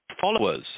followers